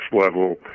level